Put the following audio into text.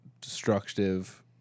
destructive